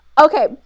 Okay